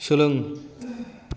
सोलों